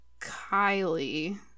Kylie